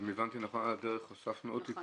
ואם הבנתי נכון, על הדרך הוספנו עוד תיקון.